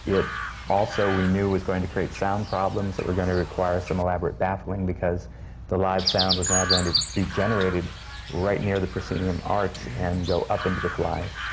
it also, we knew, was going to create sound problems that were going to require some elaborate baffling, because the live sound was now going to be generated right near the proscenium arch and go up into the flies.